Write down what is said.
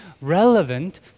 relevant